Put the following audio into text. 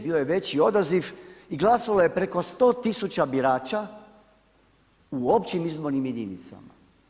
Bio je veći odaziv i glasovalo je preko 100 tisuća birača u općim izbornim jedinicama.